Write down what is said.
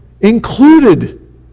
included